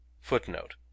Footnote